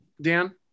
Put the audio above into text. Dan